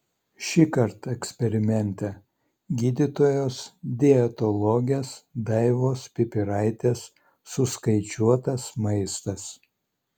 šįkart eksperimente gydytojos dietologės daivos pipiraitės suskaičiuotas maistas